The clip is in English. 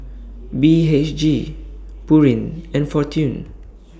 B H G Pureen and Fortune